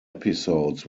episodes